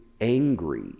angry